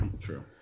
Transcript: True